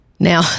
Now